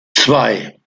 zwei